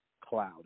cloud